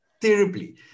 terribly